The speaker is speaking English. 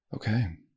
Okay